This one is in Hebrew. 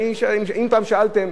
אם פעם שאלתם,